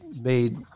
made